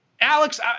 Alex